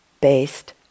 based